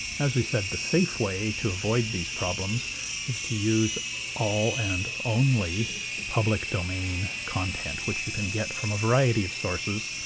as we said the safe way to avoid these problems is to use all and only public domain content, which you can get from a variety of sources,